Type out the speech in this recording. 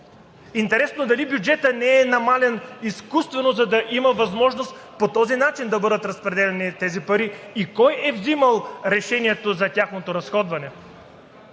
Интересно е дали бюджетът не е намален изкуствено, за да има възможност по този начин да бъдат разпределяни тези пари и кой е взимал решението за тяхното разходване?